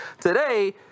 Today